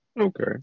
Okay